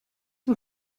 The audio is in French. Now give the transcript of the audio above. son